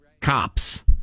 cops